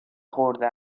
خورده